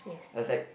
I was like